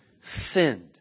Sinned